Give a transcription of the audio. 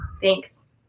Thanks